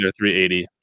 380